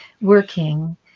working